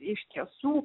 iš tiesų